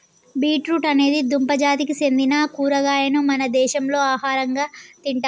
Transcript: beet root అనేది దుంప జాతికి సెందిన కూరగాయను మన దేశంలో ఆహరంగా తింటాం